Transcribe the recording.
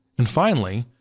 and finally,